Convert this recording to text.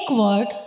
word